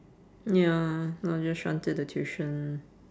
ya not just shun to the tuition